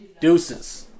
Deuces